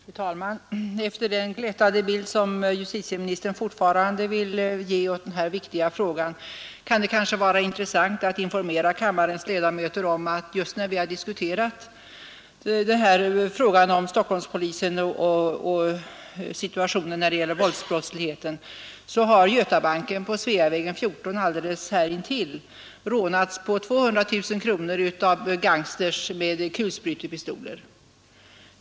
Fru talman! Efter den glättade bild justitieministern fortfarande vill ge av den här viktiga frågan kan det kanske vara intressant att informera kammarens ledamöter om att just när vi har diskuterat frågan om Stockholmspolisen och situationen när det gäller våldsbrottsligheten, så har Götabanken på Sveavägen 14, alldeles här intill, rånats på 200 000 kronor av gangsters med kulsprutepistoler.